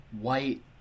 white